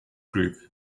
group